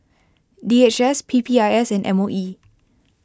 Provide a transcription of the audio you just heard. D H S P P I S and M O E